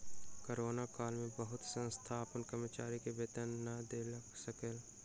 corona काल में बहुत संस्थान अपन कर्मचारी के वेतन नै दय सकल